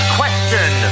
question